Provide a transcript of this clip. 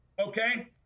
okay